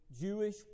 Jewish